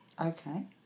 Okay